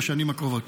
בשנים הקרובות.